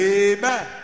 amen